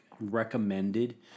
recommended